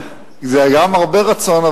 זה היה עם הרבה רצון,